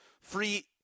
free